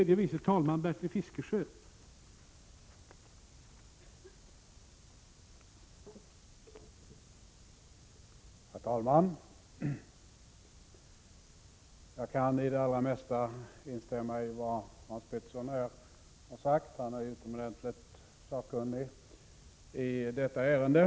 Herr talman! Jag kan instämma i det allra mesta som Hans Pettersson i Helsingborg här har sagt. Han är utomordentligt sakkunnig i detta ärende.